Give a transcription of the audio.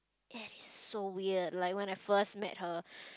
and it's so weird like when I first met her